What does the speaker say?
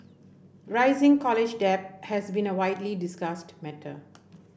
rising college debt has been a widely discussed matter